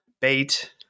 bait